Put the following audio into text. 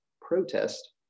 protest